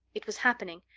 it was happening.